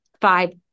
five